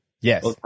Yes